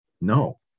No